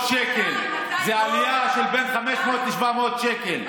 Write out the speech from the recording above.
זו העלאה של בין 500 ל-700 שקל.